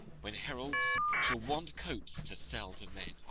when heralds shall want coats to sell to men.